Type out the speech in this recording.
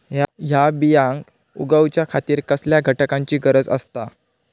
हया बियांक उगौच्या खातिर कसल्या घटकांची गरज आसता?